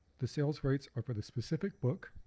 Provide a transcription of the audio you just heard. the sales rights are for the specific book